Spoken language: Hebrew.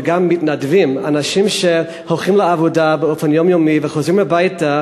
וגם מתנדבים אנשים שהולכים לעבודה באופן יומיומי וחוזרים הביתה